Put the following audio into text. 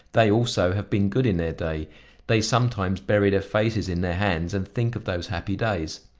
they, also, have been good in their day they sometimes bury their faces in their hands and think of those happy days.